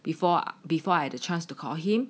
before before I had the chance to call him